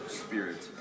spirit